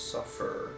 Suffer